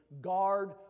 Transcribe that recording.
guard